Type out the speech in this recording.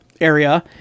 area